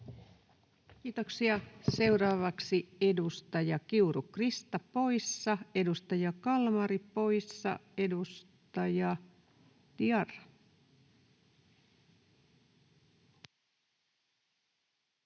Kiitoksia. — Seuraavaksi edustaja Kiuru, Krista, poissa. Edustaja Kalmari, poissa. — Edustaja Diarra. Kiitos